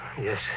Yes